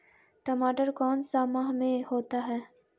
टमाटर कौन सा माह में होता है?